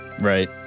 Right